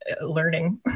learning